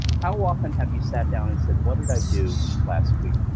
how often have you sat down and said, what did i do last week?